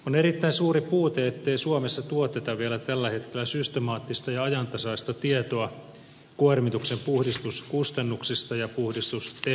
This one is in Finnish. on erittäin suuri puute ettei suomessa tuoteta vielä tällä hetkellä systemaattista ja ajantasaista tietoa kuormituksen puhdistuskustannuksista ja puhdistustehokkuudesta